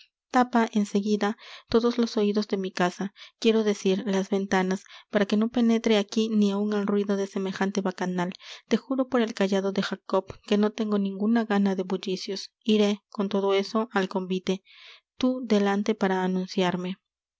en seguida todos los oidos de mi casa quiero decir las ventanas para que no penetre aquí ni áun el ruido de semejante bacanal te juro por el cayado de jacob que no tengo ninguna gana de bullicios iré con todo eso al convite tú delante para anunciarme